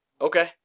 Okay